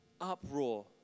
uproar